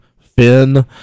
Finn